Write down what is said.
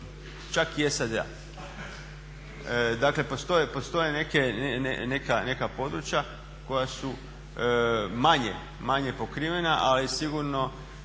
čak i SAD-a. Dakle postoje neka područja koja su manje pokrivena ali sigurno